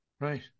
right